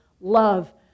love